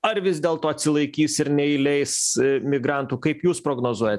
ar vis dėlto atsilaikys ir neįleis migrantų kaip jūs prognozuojat